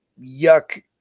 yuck